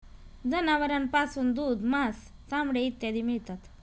जनावरांपासून दूध, मांस, चामडे इत्यादी मिळतात